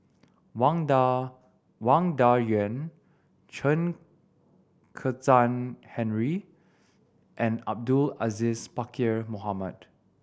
Wang Dayuan Chen Kezhan Henri and Abdul Aziz Pakkeer Mohamed